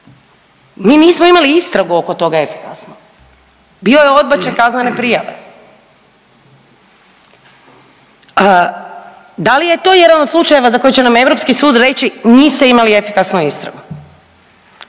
mi nismo imali istragu oko toga efikasnu, bio je odbačaj kaznene prijave. Da li je to jedan od slučajeva za koji će nam europski sud reći niste imali efikasnu istragu?